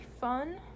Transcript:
fun